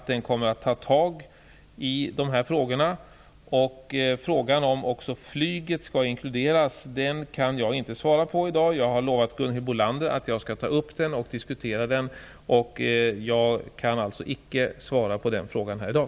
Den kommer att ta tag i dessa frågor. I dag kan jag inte svara på frågan om också flyget kommer inkluderas. Jag har lovat Gunhild Bolander att ta upp den till diskussion, men jag kan alltså inte svara på den här i dag.